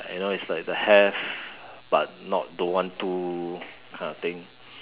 you know it's like the have but not don't want to kind of thing